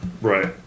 Right